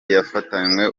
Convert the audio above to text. yafatanywe